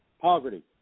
poverty